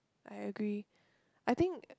I agree I think